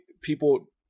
people